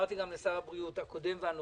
ולשר הבריאות הקודם והנוכחי: